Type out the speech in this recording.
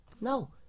No